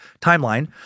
timeline